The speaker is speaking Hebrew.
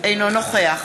אינו נוכח